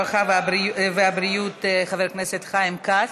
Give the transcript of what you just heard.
הרווחה והבריאות חבר הכנסת חיים כץ.